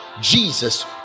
Jesus